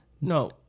No